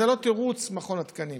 זה לא תירוץ, מכון התקנים.